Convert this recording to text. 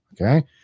okay